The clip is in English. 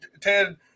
Ted